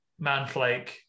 Manflake